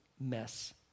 mess